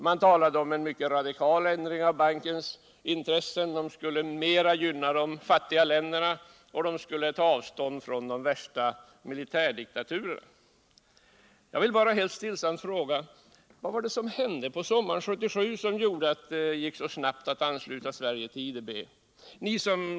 Man talade om en mycket radikal ändring av bankens intressen. Banken skulle gynna de fattiga länderna mera, och den skulle ta avstånd från de värsta militärdiktaturerna. Jag vill bara helt stillsamt fråga: Vud var det som hände sommaren 1977 som gjorde att det gick att så snabbt ansluta Sverige till IDB?